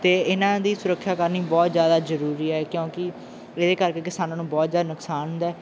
ਅਤੇ ਇਹਨਾਂ ਦੀ ਸੁਰੱਖਿਆ ਕਰਨੀ ਬਹੁਤ ਜ਼ਿਆਦਾ ਜ਼ਰੂਰੀ ਹੈ ਕਿਉਂਕਿ ਇਹਦੇ ਕਰਕੇ ਕਿਸਾਨਾਂ ਨੂੰ ਬਹੁਤ ਜ਼ਿਆਦਾ ਨੁਕਸਾਨ ਹੁੰਦਾ